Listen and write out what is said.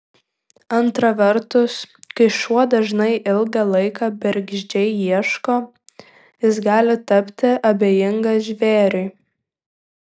antra vertus kai šuo dažnai ilgą laiką bergždžiai ieško jis gali tapti abejingas žvėriui